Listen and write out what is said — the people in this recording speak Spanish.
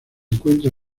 encuentra